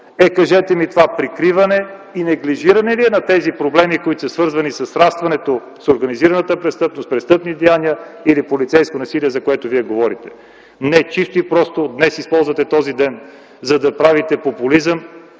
Е, кажете това прикриване и неглижиране ли е на проблемите, които са свързани със срастването с организираната престъпност, престъпни деяния или полицейско насилие, за което вие говорите? Не. Чисто и просто използвате този ден, за да правите популизъм